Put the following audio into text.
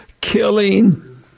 killing